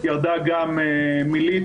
ירדה גם מיליציה,